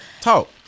talk